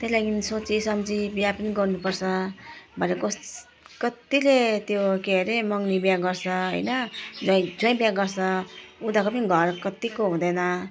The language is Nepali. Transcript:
त्यही लागि सोची सम्झी बिहा पनि गर्नुपर्छ भरे कस् कतिले त्यो के रे मँगनी बिहा गर्छ हैन झ्याइँ झ्याइँ बिहा गर्छ उनीहरूको पनि घर कतिको हुँदैन